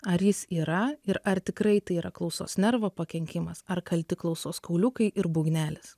ar jis yra ir ar tikrai tai yra klausos nervo pakenkimas ar kalti klausos kauliukai ir būgnelis